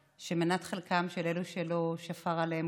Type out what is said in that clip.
שהן מנת חלקם של אלו שלא שפר עליהם